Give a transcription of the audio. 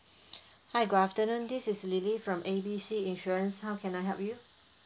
hi good afternoon this is lily from A B C insurance how can I help you